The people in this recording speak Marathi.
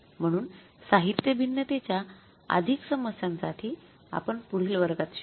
म्हणून साहित्य भिन्नतेच्या अधिक समस्यां साठी आपण पुढील वर्गात शिकू